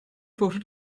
voted